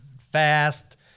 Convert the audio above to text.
fast